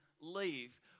leave